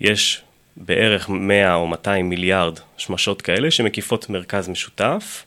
יש בערך 100 או 200 מיליארד שמשות כאלה שמקיפות מרכז משותף.